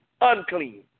unclean